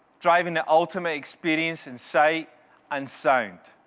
driving the ultimate experience in sight and sound.